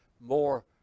more